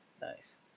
Nice